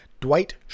Dwight